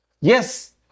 yes